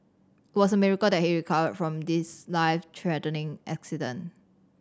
it was a miracle that he recovered from this life threatening accident